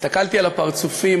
הסתכלתי על הפרצופים,